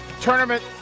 Tournament